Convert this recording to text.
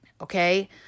okay